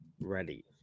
ready